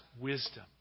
wisdom